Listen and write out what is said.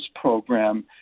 program